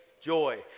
joy